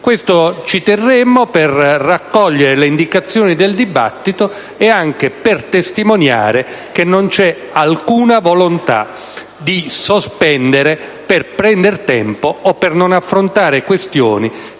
questo per raccogliere le indicazioni emerse dal dibattito e per testimoniare che non esiste alcuna volontà di sospendere per prendere tempo o per non affrontare questioni